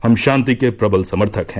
हम शांति के प्रबल समर्थक हैं